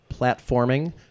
platforming